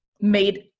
made